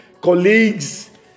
colleagues